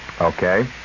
Okay